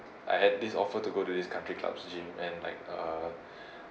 I had this offer to go to this country club's gym and like uh